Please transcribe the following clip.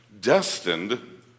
destined